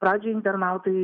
pradžiai internautai